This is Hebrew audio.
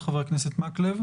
וחבר הכנסת מקלב.